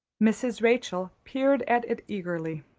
mrs. rachel peered at it eagerly.